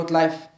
life